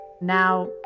Now